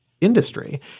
industry